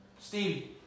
Steve